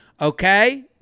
okay